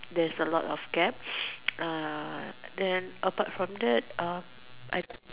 there's a lot of gaps err then apart from that I